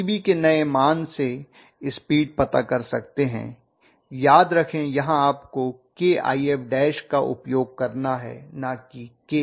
Eb के नए मान से स्पीड पता कर सकते हैं याद रखें यहाँ आपको kIf का उपयोग करना है न कि kIf